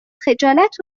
خجالت